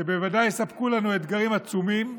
שבוודאי יספקו לנו אתגרים עצומים,